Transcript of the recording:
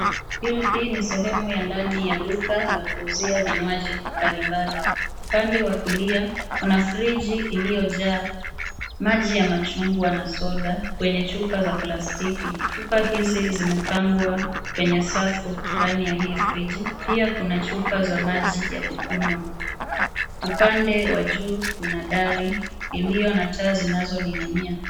Hii ni sehemu ya ndani ya duka la kuuzia vinywaji mbalimbali. Upande wa kulia kuna friji iliyojaa maji ya machungwa na soda kwenye chupa za plastiki. Chupa hizi zimepangwa kwenye safu ndani ya hii frji. Pia kuna chupa za maji ya kukunywa. Upande wa juu kuna dari iliyo na taa zinazoning'inia.